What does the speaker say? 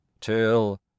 till